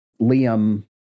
Liam